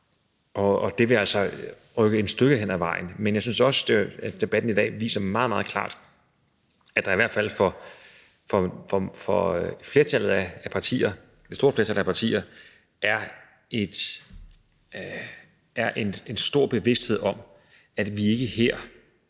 Det vil altså rykke det et stykke hen ad vejen. Men jeg synes også, at debatten i dag viser meget, meget klart, at der i hvert fald for et stort flertal af partiernes vedkommende er en stor bevidsthed om, at vi ikke må